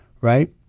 right